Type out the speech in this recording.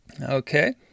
okay